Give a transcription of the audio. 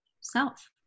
self